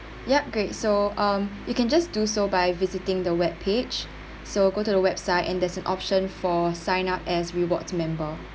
yup great so um you can just do so by visiting the webpage so go to the website and there's an option for sign up as rewards member